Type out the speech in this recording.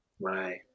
Right